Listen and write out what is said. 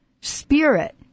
Spirit